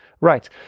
right